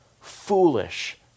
foolish